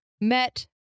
met